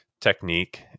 technique